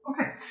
Okay